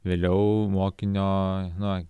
vėliau mokinio na